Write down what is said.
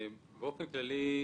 באופן כללי,